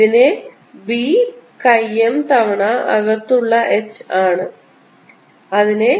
ഇതിനെ b over mu 0 minus 1 by 3 m ആയി എഴുതാവുന്നതാണ്